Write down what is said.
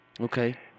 okay